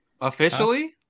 officially